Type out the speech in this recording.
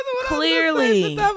clearly